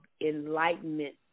enlightenment